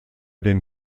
den